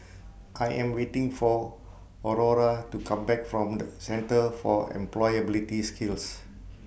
I Am waiting For Aurore to Come Back from The Centre For Employability Skills